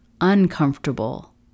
uncomfortable